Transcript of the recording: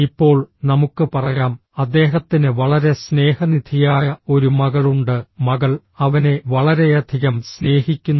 ഇപ്പോൾ നമുക്ക് പറയാം അദ്ദേഹത്തിന് വളരെ സ്നേഹനിധിയായ ഒരു മകളുണ്ട് മകൾ അവനെ വളരെയധികം സ്നേഹിക്കുന്നു